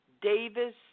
Davis